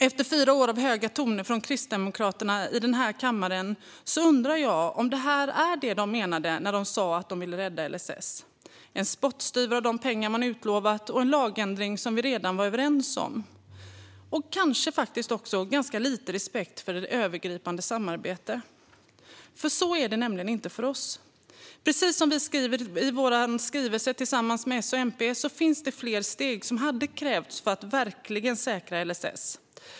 Efter fyra år av höga toner från Kristdemokraterna i den här kammaren undrar jag om det här är det de menade när de sa att de ville rädda LSS: en spottstyver av de pengar man utlovat, en lagändring som vi redan var överens om och kanske faktiskt också ganska lite respekt för övergripande samarbete. Så är det nämligen inte för oss. Precis som vi skriver i vår skrivelse tillsammans med S och MP finns det fler steg som hade krävts för att verkligen säkra LSS.